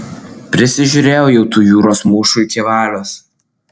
prisižiūrėjau jau tų jūros mūšų iki valios